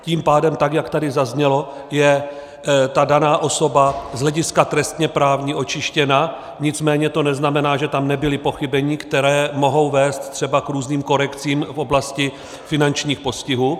Tím pádem, tak jak tady zaznělo, je ta daná osoba z hlediska trestněprávního očištěna, nicméně to neznamená, že tam nebyla pochybení, která mohou vést třeba k různým korekcím v oblasti finančních postihů.